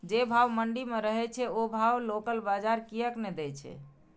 जे भाव मंडी में रहे छै ओ भाव लोकल बजार कीयेक ने दै छै?